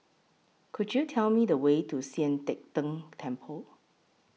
Could YOU Tell Me The Way to Sian Teck Tng Temple